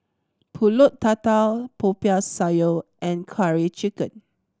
Pulut Tatal Popiah Sayur and Curry Chicken